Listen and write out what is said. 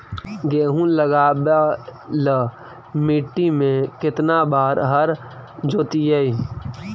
गेहूं लगावेल मट्टी में केतना बार हर जोतिइयै?